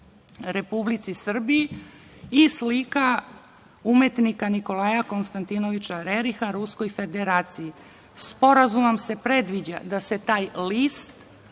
Republici Srbiji i slika umetnika Nikolaja Konstantinoviča Reriha Ruskoj Federaciji. Sporazumom se predviđa da se taj list